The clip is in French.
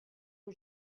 que